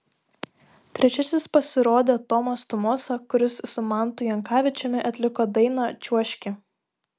trečiasis pasirodė tomas tumosa kuris su mantu jankavičiumi atliko dainą čiuožki